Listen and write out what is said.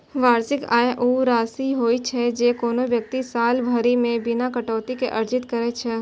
वार्षिक आय ऊ राशि होइ छै, जे कोनो व्यक्ति साल भरि मे बिना कटौती के अर्जित करै छै